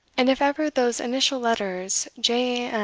and if ever those initial letters j.